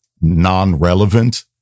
non-relevant